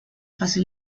fase